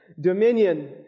dominion